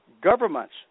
government's